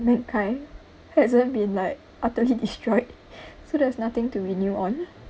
mankind hasn't been like utterly destroyed so there's nothing to renew on